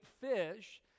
fish